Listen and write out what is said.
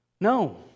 No